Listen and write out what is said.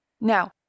Now